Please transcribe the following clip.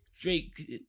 Drake